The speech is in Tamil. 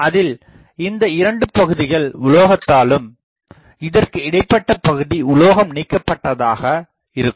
அதில் இந்த இரண்டு பகுதிகள் உலோகத்தாலும் இதற்கு இடைப்பட்ட பகுதி உலோகம் நீக்கப்பட்டதாக இருக்கும்